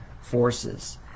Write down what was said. forces